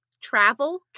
travel